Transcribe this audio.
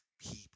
people